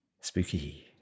Spooky